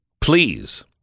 please